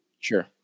Sure